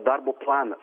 darbo planas